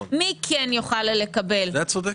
צודקת.